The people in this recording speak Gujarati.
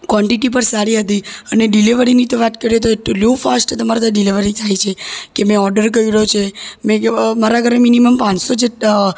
કોન્ટિટી પર સારી હતી અને ડિલેવરીની તો વાત કરીએ તો એટલું ફાસ્ટ તમારે તાં ડિલેવરી થાય છે કે મેં ઓડર કર્યો છે મેં મારા ઘરે મિનિમમ પાંચસો જેટ